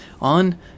on